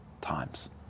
times